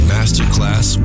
Masterclass